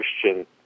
Christian